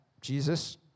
Jesus